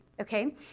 okay